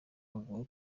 avuga